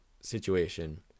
situation